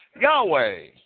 Yahweh